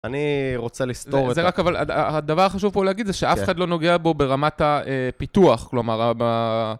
דובר א: אני רוצה לסתור את זה. דובר ב: זה רק, אבל הדבר החשוב פה להגיד זה שאף אחד לא נוגע בו ברמת הפיתוח, כלומר...